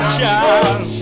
child